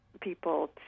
people